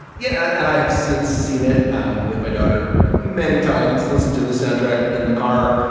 yeah. and i have seen seen it um with my daughter many times. listen to the soundtrack in the car.